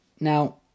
Now